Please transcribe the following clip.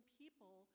people